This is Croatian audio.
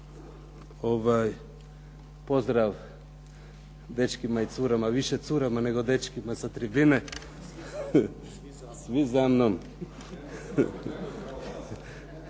Pozdrav dečkima i curama, više curama nego dečkima sa tribine. Svi za mnom!